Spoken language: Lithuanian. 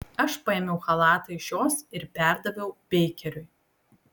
aš paėmiau chalatą iš jos ir perdaviau beikeriui